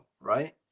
right